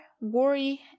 worry